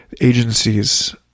agencies